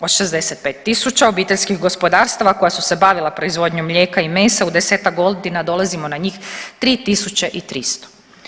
Od 65.000 obiteljskih gospodarstava koja su se bavila proizvodnjom mlijeka i mesa u desetak godina dolazimo na njih 3.300.